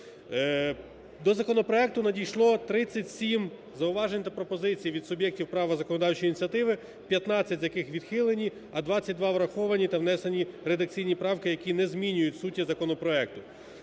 До законопроекту надійшло 37 зауважень та пропозицій від суб'єктів права законодавчої ініціативи, 15 з яких відхилені, а 22 враховані та внесені редакційні правки, які не змінюють суті законопроекту.